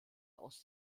aus